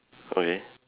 okay